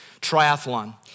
Triathlon